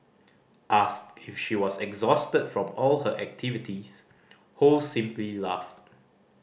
asked if she was exhausted from all her activities Ho simply laughed